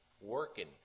working